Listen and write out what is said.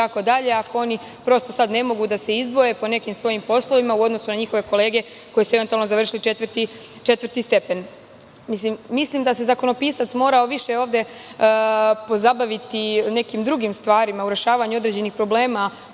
ako oni sada ne mogu da se izdvoje po nekim svojim poslovima u odnosu na njihove kolege koji su eventualno završili četvrti stepen? Mislim da se zakonopisac morao više ovde pozabaviti nekim drugim stvarima u rešavanju određenih problema